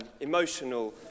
emotional